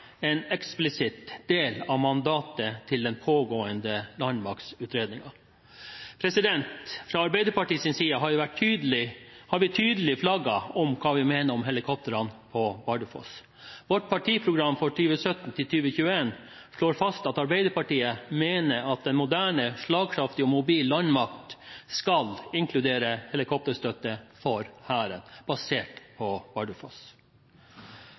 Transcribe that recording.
en eksplisitt del av mandatet til den pågående landmaktutredningen. Fra Arbeiderpartiets side har vi tydelig flagget hva vi mener om helikoptrene på Bardufoss. Vårt partiprogram for 2017–2021 slår fast at Arbeiderpartiet mener at en moderne, slagkraftig og mobil landmakt skal inkludere helikopterstøtte for Hæren – basert på